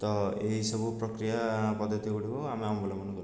ତ ଏଇସବୁ ପ୍ରକ୍ରିୟା ପଦ୍ଧତି ଗୁଡ଼ିକୁ ଆମେ ଅବଲମ୍ବନ କରିଥାଉ